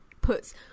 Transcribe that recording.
puts